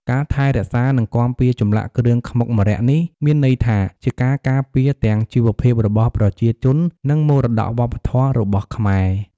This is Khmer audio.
ការថែរក្សា និងគាំពារចម្លាក់គ្រឿងខ្មុកម្រ័ក្សណ៍នេះ មានន័យថាជាការការពារទាំងជីវភាពរបស់ប្រជាជន និងមរតកវប្បធម៌របស់ខ្មែរ។